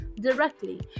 directly